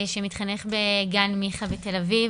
שמתחנך בגן מיכ"ה בתל אביב,